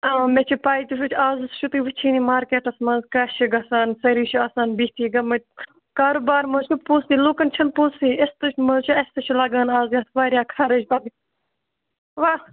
آ مےٚ چھِ پَے تہٕ سُہ تہِ اَکھ زٕ چھُو تُہۍ وٕچھِنۍ مارکیٚٹَس منٛز کیٛاہ چھِ گژھان سٲری چھِ آسان بِہِتھٕے گٔمٕتۍ کارُبار مہٕ حظ چھِ پونٛسٕے لوٗکَن چھِنہٕ پونٛسٕے یِتھ پٲٹھۍ مہٕ حظ چھِ اَسہِ تہِ چھُ لَگان آز یَتھ واریاہ خرٕچ وَ